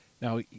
Now